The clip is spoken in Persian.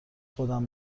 خودم